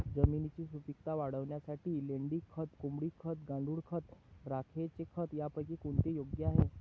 जमिनीची सुपिकता वाढवण्यासाठी लेंडी खत, कोंबडी खत, गांडूळ खत, राखेचे खत यापैकी कोणते योग्य आहे?